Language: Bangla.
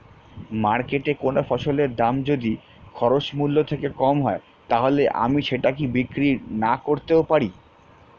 মার্কেটৈ কোন ফসলের দাম যদি খরচ মূল্য থেকে কম হয় তাহলে আমি সেটা কি বিক্রি নাকরতেও পারি?